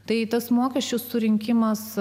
tai tas mokesčių surinkimas